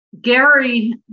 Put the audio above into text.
Gary